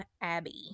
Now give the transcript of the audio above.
Abbey